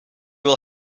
will